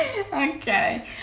Okay